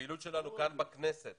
הפעילות שלנו כאן בכנסת